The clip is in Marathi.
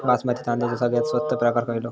बासमती तांदळाचो सगळ्यात स्वस्त प्रकार खयलो?